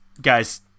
guys